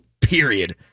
period